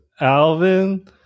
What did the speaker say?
alvin